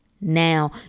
now